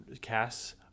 casts